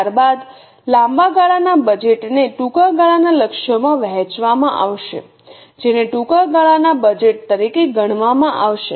ત્યારબાદ લાંબા ગાળાના બજેટ ને ટૂંકા ગાળાના લક્ષ્યોમાં વહેંચવામાં આવશે જેને ટૂંકા ગાળાના બજેટ તરીકે ગણવામાં આવશે